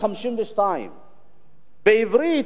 52. בעברית,